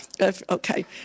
okay